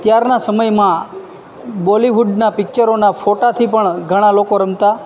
ત્યારના સમયમાં બોલીવુડના પિક્ચરોના ફોટાથી પણ ઘણાં લોકો રમતા